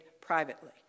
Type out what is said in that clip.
privately